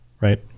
right